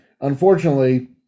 Unfortunately